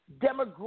demographic